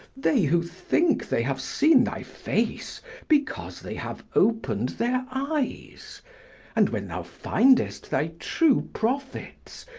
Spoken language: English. they who think they have seen thy face because they have opened their eyes and when thou findest thy true prophets,